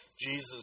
Jesus